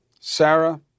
Sarah